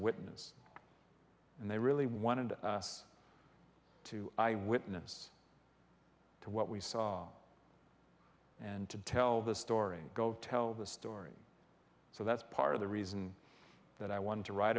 witness and they really wanted us to eyewitness to what we saw and to tell the story go tell the story so that's part of the reason that i wanted to write